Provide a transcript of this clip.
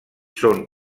són